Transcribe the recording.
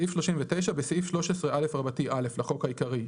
"39.בסעיף 13א(א) לחוק העיקרי,